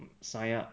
sign up